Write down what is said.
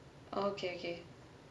okay okay